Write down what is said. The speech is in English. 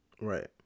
Right